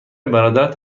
برادرت